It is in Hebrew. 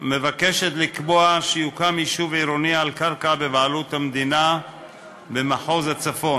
מבקשת לקבוע שיוקם יישוב עירוני על קרקע בבעלות המדינה במחוז הצפון,